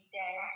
day